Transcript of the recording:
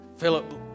Philip